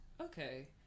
okay